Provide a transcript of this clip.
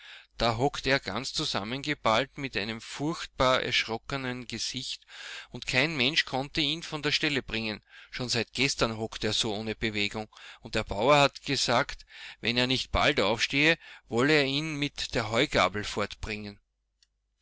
da hockte er ganz zusammengeballt mit einem furchtbar erschrockenen gesicht und kein mensch konnte ihn von der stelle bringen schon seit gestern hockte er so ohne bewegung und der bauer hatte gesagt wenn er nicht bald aufstehe wolle er ihn mit der heugabel fortbringen